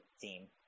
theme